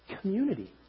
community